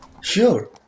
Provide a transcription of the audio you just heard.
Sure